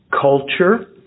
culture